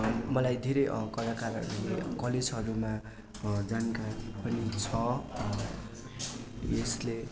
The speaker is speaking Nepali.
मलाई धेरै कलाकारहरूले कलेजहरूमा जानकारी पनि छ यसले